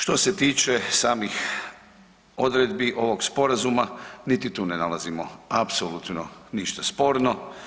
Što se tiče samih odredbi ovoga Sporazuma niti tu ne nalazimo apsolutno ništa sporno.